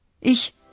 Ich